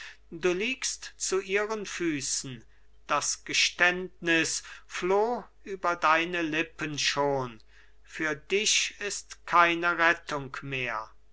du liegst zu ihren füßen das geständnis floh über deine lippen schon für dich ist keine rettung mehr